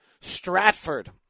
Stratford